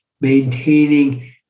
maintaining